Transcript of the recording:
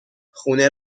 خونه